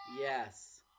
Yes